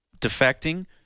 defecting